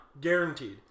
Guaranteed